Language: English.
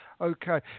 Okay